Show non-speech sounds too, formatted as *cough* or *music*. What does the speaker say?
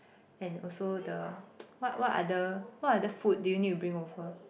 and also the *noise* what what other what other food do you need to bring over